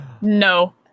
No